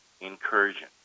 incursion